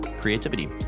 creativity